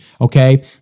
okay